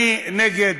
אני נגד.